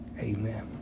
Amen